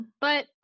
But-